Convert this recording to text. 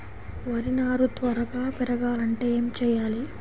వరి నారు త్వరగా పెరగాలంటే ఏమి చెయ్యాలి?